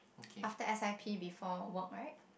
after S_I_P before work right